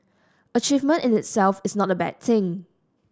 achievement in itself is not a bad thing